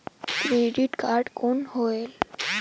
Credit card कौन होएल?